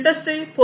industry 4